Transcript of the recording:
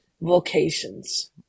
vocations